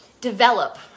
develop